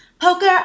poker